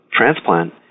transplant